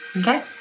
Okay